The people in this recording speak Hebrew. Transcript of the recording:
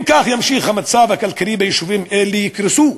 אם כך ימשיך המצב הכלכלי ביישובים אלה, הם יקרסו,